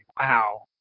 wow